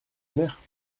mère